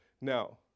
Now